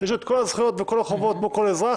יש לו את כל הזכויות וכל החובות כמו כל אזרח,